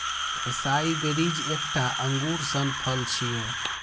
एसाई berries एकटा अंगूर सन फल छियै